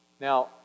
Now